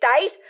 days